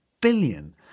billion